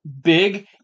big